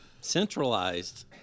Centralized